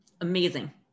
Amazing